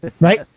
right